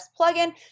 plugin